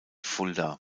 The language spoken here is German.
fulda